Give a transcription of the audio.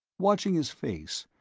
watching his face,